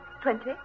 twenty